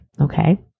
okay